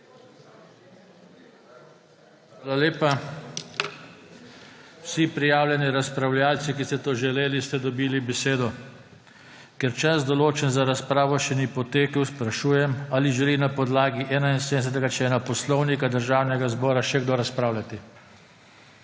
Hvala lepa. Vsi prijavljeni razpravljavci, ki ste to želeli, ste dobili besedo. Ker čas, določen za razpravo, še ni potekel, sprašujem, ali želi na podlagi 71. člena Poslovnika Državnega zbora še kdo razpravljati.